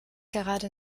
gerade